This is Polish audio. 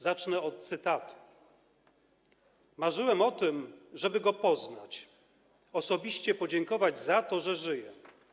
Zacznę od cytatu: Marzyłem o tym, żeby go poznać, osobiście podziękować za to, że żyję.